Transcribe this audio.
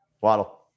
Waddle